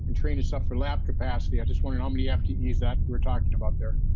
and trainer suffer lap to pass the i just want a nominee after news that we're talking about there.